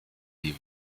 die